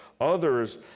Others